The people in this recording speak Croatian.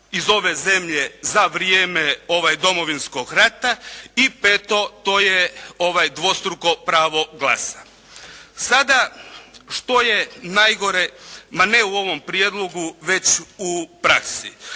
iz ove zemlje za vrijeme Domovinskog rata. I peto, to je dvostruko pravo glasa. Sada što je najgore ma ne u ovom prijedlogu već u praksi.